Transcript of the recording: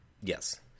Yes